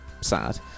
sad